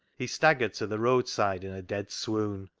he staggered to the road side in a dead swoon.